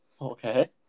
Okay